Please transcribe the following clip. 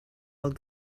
old